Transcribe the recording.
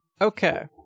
Okay